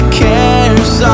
cares